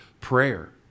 prayer